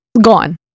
gone